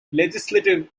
legislative